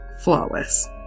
flawless